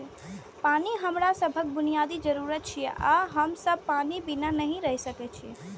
पानि हमरा सभक बुनियादी जरूरत छियै आ हम सब पानि बिना नहि रहि सकै छी